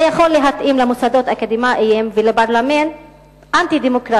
זה יכול להתאים למוסדות אקדמיים ולפרלמנט אנטי-דמוקרטיים,